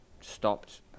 stopped